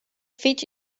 fich